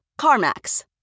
CarMax